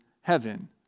heaven